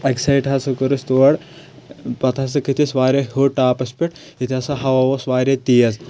اکہِ سایڈٕ ہَسا کوٚر اسہِ تور پَتہٕ ہَسا کھٔتۍ أسۍ واریاہ یور ٹاپس پیٹھ ییٚتہِ ہَسا ہَوا اوس واریاہ تیز